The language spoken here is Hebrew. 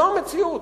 זאת המציאות.